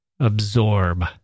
absorb